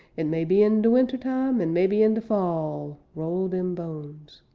it may be in de winter time, and maybe in de fall, roll dem bones.